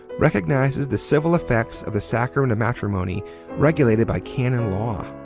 recognizes the civil effects of the sacrament of matrimony regulated by canon law.